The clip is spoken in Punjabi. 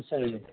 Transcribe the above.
ਅੱਛਾ ਜੀ